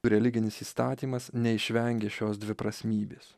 religinis įstatymas neišvengė šios dviprasmybės